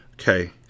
Okay